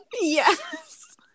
Yes